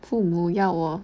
父母要我